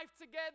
together